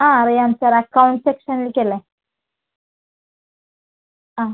ആ അറിയാം sir account സെക്ഷനിലേക്ക് അല്ലേ ആ